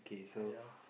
I don't know